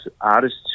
artists